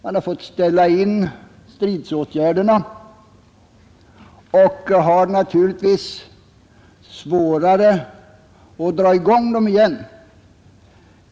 Man har fått ställa in stridsåtgärderna och har naturligtvis svårare att dra i gång dem igen.